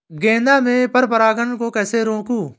गेंदा में पर परागन को कैसे रोकुं?